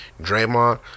Draymond